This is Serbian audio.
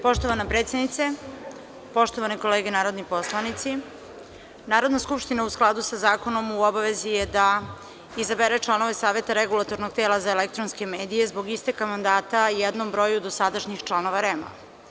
Poštovana predsednice, poštovane kolege narodni poslanici, Narodna skupština je, u skladu sa zakonom, u obavezi da izabere članove Saveta Regulatornog tela za elektronske medije zbog isteka mandata jednom broju dosadašnjih članova REM.